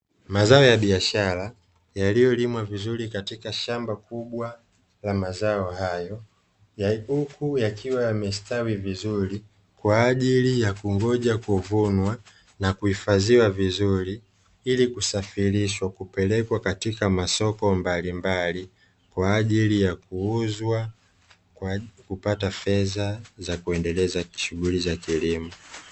Mazao ya biashara yaliyolimwa vizuri katika shamba kubwa la mazao hayo, huku yakiwa yamestawi vizuri kwa ajili ya kungoja kuvunwa na kuhifadhiwa vizuri, ili kusafirishwa kupelekwa katika masoko mbalimbali, kwa ajili ya kuuzwa kwa kupata fedha za kuendeleza shughuli za kilimo.